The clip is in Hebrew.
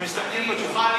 מסתפקים בתשובה.